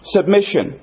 Submission